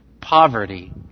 poverty